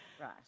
Right